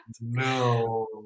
No